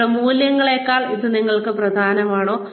നിങ്ങളുടെ മൂല്യങ്ങളേക്കാൾ ഇത് നിങ്ങൾക്ക് പ്രധാനമാണോ